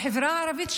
בחברה הערבית,